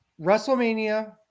WrestleMania